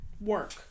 work